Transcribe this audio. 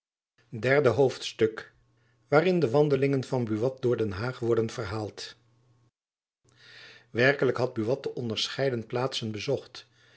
derde hoofdstuk waarin de wandelingen van buat door den haag worden verhaald werkelijk had buat de onderscheiden plaatsen bezocht